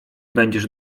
będziesz